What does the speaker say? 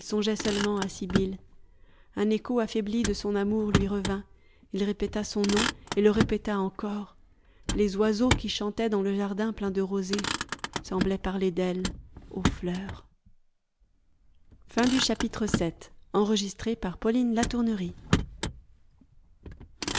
seulement à sibyl un écho affaibli de son amour lui revint il répéta son nom et le répéta encore les oiseaux qui chantaient dans le jardin plein de rosée semblaient parler d'elle aux fleurs